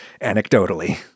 anecdotally